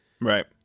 Right